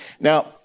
Now